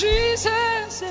Jesus